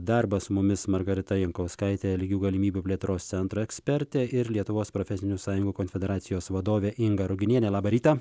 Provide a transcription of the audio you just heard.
darbas su mumis margarita jankauskaitė lygių galimybių plėtros centro ekspertė ir lietuvos profesinių sąjungų konfederacijos vadovė inga ruginienė labą rytą